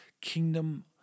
kingdom